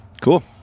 Cool